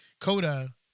Coda